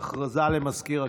הודעה למזכיר הכנסת,